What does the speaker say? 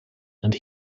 and